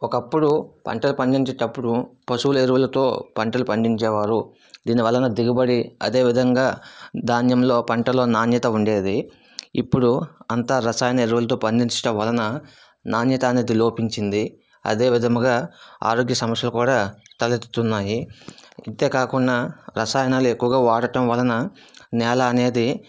ఒకప్పుడు పంటలు పండిచేటప్పుడు పశువుల ఎరువులతో పంటలు పండించేవారు దీని వలన దిగుబడి అదే విధంగా ధాన్యంలో పంటలో నాణ్యత ఉండేది ఇప్పుడు అంతా రసాయన ఎరువులతో పండించటం వలన నాణ్యత అనేది లోపించింది అదే విధముగా ఆరోగ్య సమస్యలు కూడా తల ఎత్తుతున్నాయి ఇంతే కాకున్నా రసాయనాలు ఎక్కువగా వాడటం వలన నేల అనేది